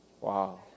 Wow